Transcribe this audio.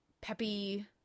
peppy